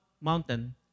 mountain